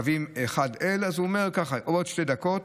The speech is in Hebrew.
קווים 1L. אז הוא אומר כך: עוד שתי דקות,